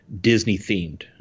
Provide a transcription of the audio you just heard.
Disney-themed